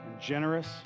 generous